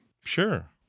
Sure